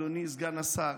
אדוני סגן השר,